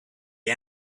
you